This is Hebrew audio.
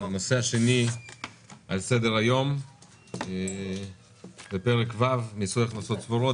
הנושא השני על סדר היום הוא פרק ו' (מיסוי הכנסות צבורות).